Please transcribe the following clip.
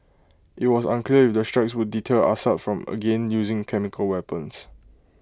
IT was unclear if the strikes will deter Assad from again using chemical weapons